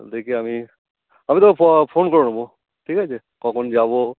দেখি আমি আমি তোকে ফো ফোন করে নেবো ঠিক আছে কখন যাবো